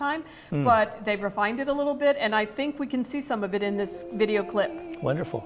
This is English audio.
time but they've refined it a little bit and i think we can see some of it in this video clip wonderful